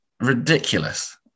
ridiculous